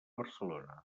barcelona